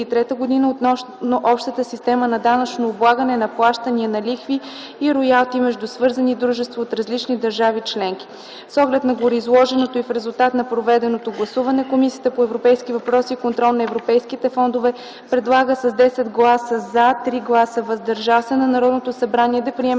юни 2003 г., относно общата система на данъчно облагане на плащания на лихви и роялти между свързани дружества от различни държави-членки. С оглед на гореизложеното и в резултат на проведеното гласуване, Комисията по европейските въпроси и контрол на европейските фондове предлага с 10 гласа „за”, 3 гласа „въздържал се” на Народното събрание да приеме